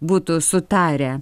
būtų sutarę